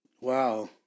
Wow